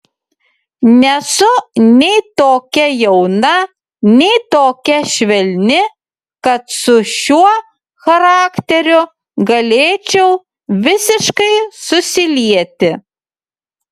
nesu nei tokia jauna nei tokia švelni kad su šiuo charakteriu galėčiau visiškai susilieti